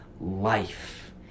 life